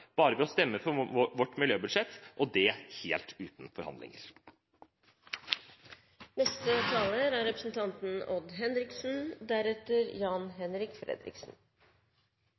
bare ved å stemme for vårt miljøbudsjett, og det helt uten forhandlinger.